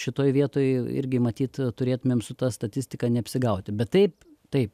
šitoj vietoj irgi matyt turėtumėm su ta statistika neapsigauti bet taip tai